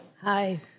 Hi